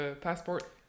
passport